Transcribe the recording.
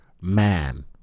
man